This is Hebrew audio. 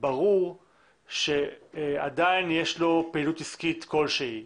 ברור שעדיין יש לו פעילות עסקית כלשהי.